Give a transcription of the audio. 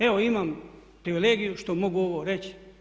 Evo imam privilegiju što mogu ovo reći.